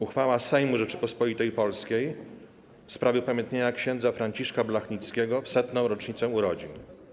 Uchwała Sejmu Rzeczypospolitej Polskiej w sprawie upamiętnienia księdza Franciszka Blachnickiego w 100. rocznicę urodzin.